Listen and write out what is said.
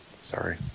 Sorry